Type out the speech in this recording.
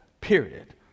Period